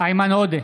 איימן עודה,